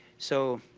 so